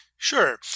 Sure